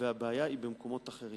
והבעיה היא במקומות אחרים.